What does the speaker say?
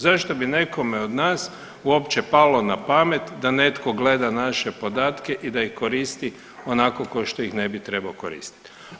Zato bi nekome od nas uopće palo na pamet da netko gleda naše podatke i da ih koristi onako kao što ih ne bi trebao koristiti.